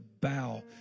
bow